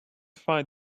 find